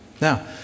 Now